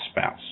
spouse